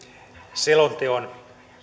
selonteon